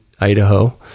Idaho